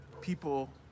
people